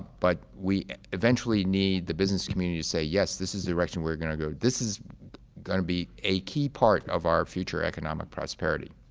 but we eventually need the business community to say, yes, this is the direction we're going to go. this is going to be a key part of our future economic prosperity.